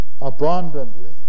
abundantly